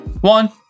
one